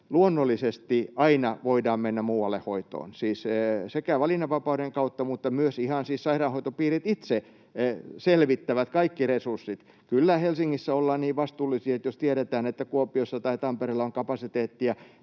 luonnollisesti aina voidaan mennä muualle hoitoon, siis valinnanvapauden kautta mutta myös ihan sairaanhoitopiirit itse selvittävät kaikki resurssit. Kyllä Helsingissä ollaan niin vastuullisia, että jos tiedetään, että Kuopiossa tai Tampereella on kapasiteettia,